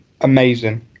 amazing